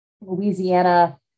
Louisiana